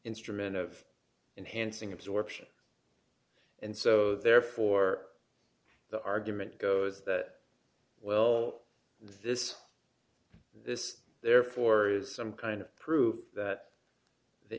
instrument of enhancing absorption and so therefore the argument goes that well this this therefore is some kind of proof that the